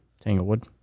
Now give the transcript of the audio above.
Tanglewood